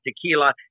tequila